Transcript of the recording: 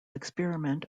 experiment